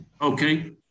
Okay